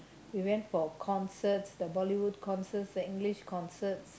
we went for concerts the Bollywood concerts the English concerts